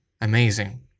amazing